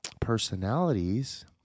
personalities